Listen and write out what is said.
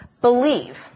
believe